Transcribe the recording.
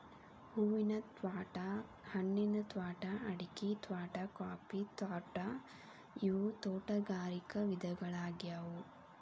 ಹೂವಿನ ತ್ವಾಟಾ, ಹಣ್ಣಿನ ತ್ವಾಟಾ, ಅಡಿಕಿ ತ್ವಾಟಾ, ಕಾಫಿ ತ್ವಾಟಾ ಇವು ತೋಟಗಾರಿಕ ವಿಧಗಳ್ಯಾಗ್ಯವು